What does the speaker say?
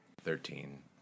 Thirteen